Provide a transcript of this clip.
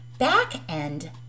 Back-end